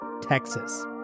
Texas